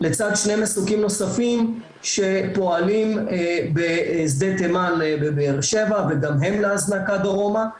לצד שני מסוקים נוספים שפועלים בשדה תימן בבאר שבע וגם הם להזנקה דרומה.